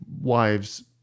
wives